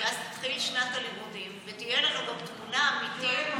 אז תתחיל שנת הלימודים ותהיה לנו גם תמונה אמיתית של כמה סטודנטים,